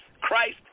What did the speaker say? Christ